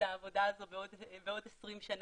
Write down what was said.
העבודה הזאת בעוד 20 שנה,